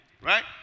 Right